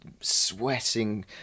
sweating